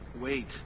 Wait